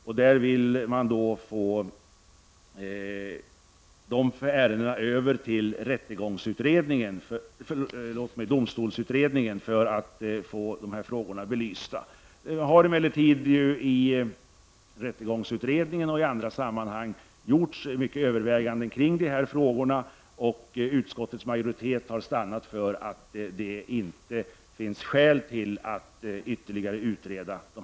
Man vill för belysning av frågorna föra över ärendena till domstolsutredningen. Nu har de här frågorna övervägts mycket i rättegångsutredningen och i andra sammanhang. Utskottets majoritet har därför stannat för att det inte finns skäl till ytterligare utredning.